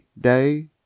Day